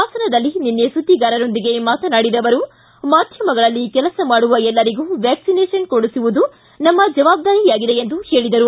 ಹಾಸನದಲ್ಲಿ ನಿನ್ನೆ ಸುದ್ದಿಗಾರರೊಂದಿಗೆ ಮಾತನಾಡಿದ ಅವರು ಮಾಧ್ತಮಗಳಲ್ಲಿ ಕೆಲಸ ಮಾಡುವ ಎಲ್ಲರಿಗೂ ವ್ಯಾಕ್ಲಿನೇಷನ್ ಕೊಡಿಸುವುದು ನಮ್ಮ ಜವಾಬ್ದಾರಿ ಎಂದು ಹೇಳಿದರು